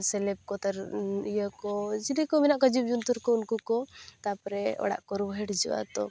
ᱥᱮᱞᱮᱯ ᱠᱚ ᱛᱟᱹᱨᱩᱯ ᱤᱭᱟᱹᱠᱚ ᱪᱤᱞᱤ ᱠᱚ ᱢᱮᱱᱟᱜ ᱠᱚᱣᱟ ᱡᱤᱵ ᱡᱚᱱᱛᱩᱨ ᱠᱚ ᱩᱱᱠᱩ ᱠᱚ ᱛᱟᱯᱚᱨᱮ ᱚᱲᱟᱜ ᱠᱚ ᱨᱩᱣᱟᱹᱲ ᱦᱤᱡᱩᱜᱼᱟ ᱛᱚ